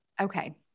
Okay